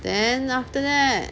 then after that